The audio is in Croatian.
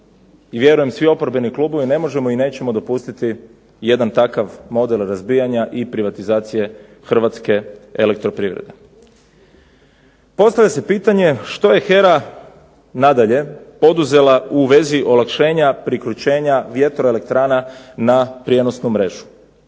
vjerujem svi oporbeni klubovi ne možemo i nećemo dopustiti jedan takav model razbijanja i privatizacije hrvatske elektroprivrede. Postavlja se pitanje što je HERA nadalje poduzela u vezi olakšanja priključenja vjetroelektrana na prijenosnu mrežu.